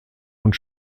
und